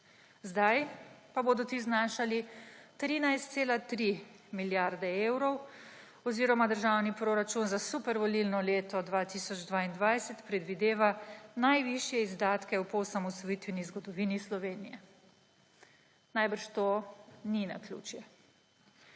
Sedaj pa bodo ti znašali 13,3 milijarde evrov oziroma državni proračun za super volilno leto 2022 predvideva najvišje izdatke v poosamosvojitveni zgodovini Slovenije. Najbrž to ni naključje.